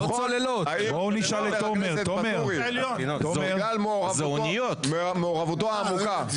לבחון אם חבר הכנסת ואטורי בגלל מעורבותו העמוקה